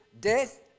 death